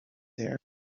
there